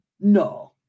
no